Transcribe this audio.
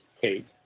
Kate